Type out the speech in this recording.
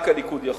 רק הליכוד יכול.